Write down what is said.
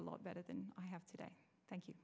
a lot better than i have today thank you